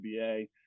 NBA